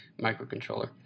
microcontroller